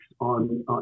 on